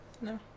no